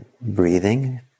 breathing